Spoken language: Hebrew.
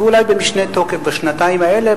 ואולי במשנה תוקף בשנתיים האלה,